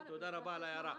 תודה על ההערה.